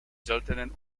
seltenen